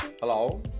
Hello